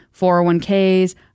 401ks